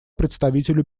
представителю